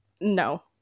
no